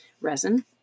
resin